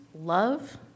love